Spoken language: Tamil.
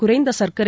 குறைந்தசர்க்கரை